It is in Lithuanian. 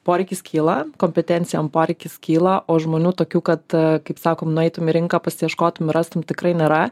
poreikis kyla kompetencijom poreikis kyla o žmonių tokių kad kaip sakom nueitum į rinką pasiieškotum ir rastum tikrai nėra